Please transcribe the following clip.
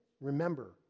remember